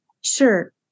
Sure